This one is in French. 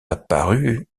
apparues